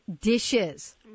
dishes